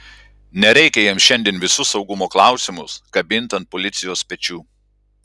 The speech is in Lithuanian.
nereikia jiems šiandien visus saugumo klausimus kabint ant policijos pečių